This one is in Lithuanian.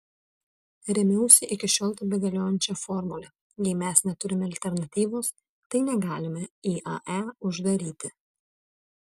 rėmiausi iki šiol tebegaliojančia formule jei mes neturime alternatyvos tai negalime iae uždaryti